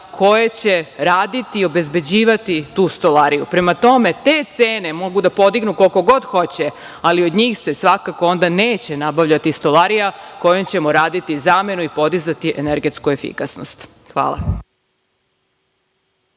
koje će raditi i obezbeđivati tu stolariju. Prema tome, te cene mogu da podignu koliko god hoće, ali od njih se svakako onda neće nabavljati stolarija kojom ćemo raditi zamenu i podizati energetsku efikasnost. Hvala.